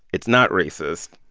it's not racist.